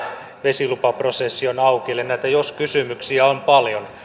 vesilupaprosessi on auki eli näitä jos kysymyksiä on paljon